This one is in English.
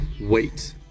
wait